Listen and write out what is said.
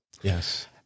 Yes